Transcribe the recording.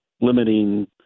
limiting